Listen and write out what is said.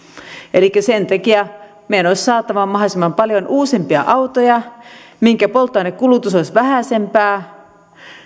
elikkä sen takia meidän olisi saatava mahdollisimman paljon uudempia autoja joiden polttoainekulutus olisi vähäisempää